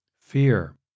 Fear